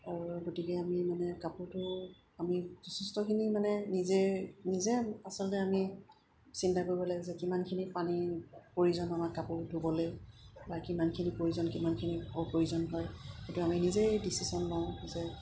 আৰু গতিকে আমি মানে কাপোৰটো আমি যথেষ্টখিনি মানে নিজে নিজে আচলতে আমি চিন্তা কৰিব লাগে যে কিমানখিনি পানীৰ প্ৰয়োজন হয় আমাক কাপোৰ ধুবলৈ বা কিমানখিনি প্ৰয়োজন কিমানখিনি অপ্ৰয়োজন হয় সেইটো আমি নিজেই ডিচিশ্যন লওঁ যে